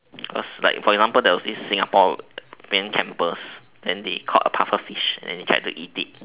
cause like for example there was this Singaporean campers then they caught a pufferfish then they tried to eat it